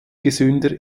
gesünder